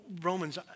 Romans